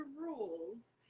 rules